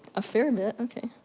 a fair bit, ok.